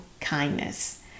kindness